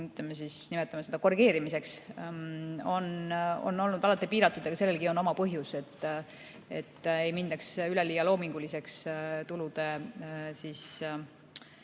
tulude, nimetame seda nii, korrigeerimiseks, on olnud alati piiratud. Aga sellelgi on oma põhjus: et ei mindaks üleliia loominguliseks tulude